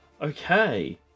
Okay